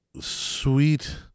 Sweet